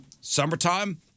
Summertime